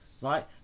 right